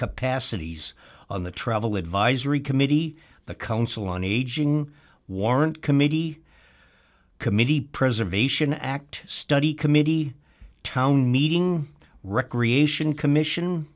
capacities on the travel advisory committee the council on aging warrant committee committee preservation act study committee town meeting recreation commission